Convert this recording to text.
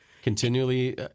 Continually